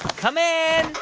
come in